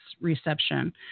reception